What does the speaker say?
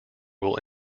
will